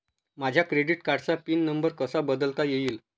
माझ्या क्रेडिट कार्डचा pin number कसा बदलता येईल?